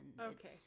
Okay